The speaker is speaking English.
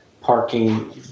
parking